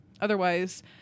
otherwise